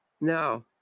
No